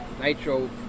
Nitro